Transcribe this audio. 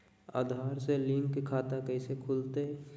आधार से लिंक खाता कैसे खुलते?